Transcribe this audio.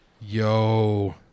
Yo